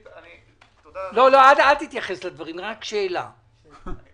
הסקירה היא לא בתור מנכ"ל משרד הדתות אלא בתור יושב-ראש